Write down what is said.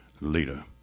leader